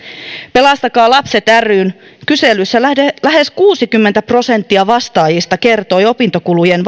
pelastakaa lapset ryn kyselyssä lähes lähes kuusikymmentä prosenttia vastaajista kertoi opintokulujen